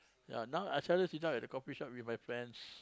ya now I seldom sit down at the coffee shop with my friends